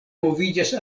moviĝas